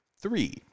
three